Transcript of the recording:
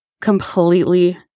completely